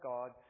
God